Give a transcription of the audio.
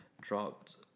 dropped